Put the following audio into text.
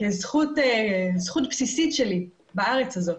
כזכות בסיסית שלי בארץ הזאת,